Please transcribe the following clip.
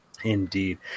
Indeed